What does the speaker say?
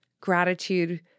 gratitude